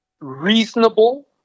reasonable